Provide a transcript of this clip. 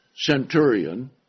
centurion